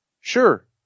Sure